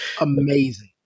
Amazing